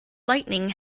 lightning